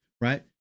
right